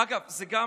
אגב, זה גם